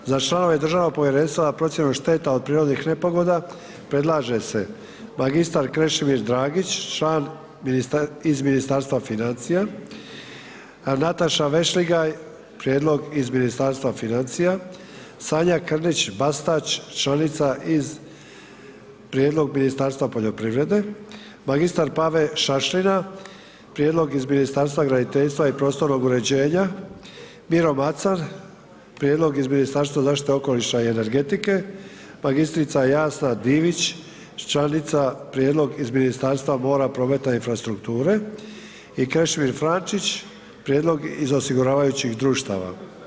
Za članove Državnog povjerenstva za procjenu šteta od prirodnih nepogoda, predlaže se magistar Krešimir Dragić član iz Ministarstva financija, Nataša Vešligaj prijedlog iz Ministarstva financija, Sanja Krnić Bastać članica iz prijedlog Ministarstva poljoprivrede, mr. Pave Šašlina prijedlog iz Ministarstva graditeljstva i prostornog uređenja, Miro Macan prijedlog iz Ministarstva zaštite okoliša i energetike, mr. Jasna Divić članica prijedlog iz Ministarstva mora, prometa i infrastrukture i Krešimir Frančić prijedlog iz osiguravajućih društava.